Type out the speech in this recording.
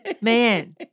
man